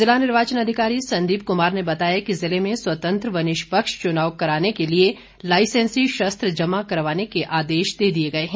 जिला निर्वाचन अधिकारी संदीप कमार ने बताया कि जिले में स्वतंत्र व निष्पक्ष चुनाव करवाने के लिए लाईसैंसी शस्त्र जमा करवाने के आदेश दे दिए गए हैं